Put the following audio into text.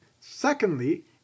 Secondly